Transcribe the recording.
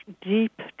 deep